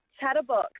chatterbox